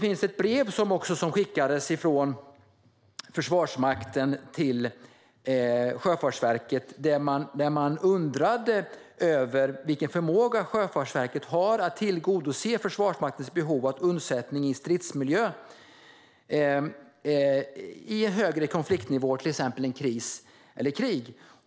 Försvarsmakten har även skickat ett brev, där man undrar vilken förmåga Sjöfartsverket har att tillgodose Försvarsmaktens behov av undsättning i stridsmiljö vid en högre konfliktnivå, till exempel i kris eller krig.